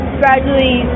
gradually